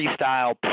freestyle